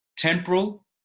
Temporal